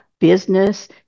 business